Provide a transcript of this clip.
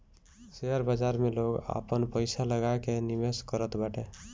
share बाजार में लोग आपन पईसा लगा के निवेश करत बाटे